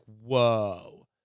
whoa